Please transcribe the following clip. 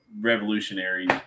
revolutionary